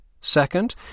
Second